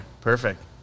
perfect